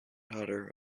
daughter